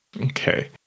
Okay